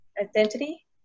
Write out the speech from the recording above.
identity